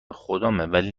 خودش